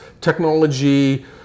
technology